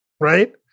right